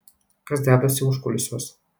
kas dedasi užkulisiuos